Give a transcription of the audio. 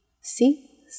see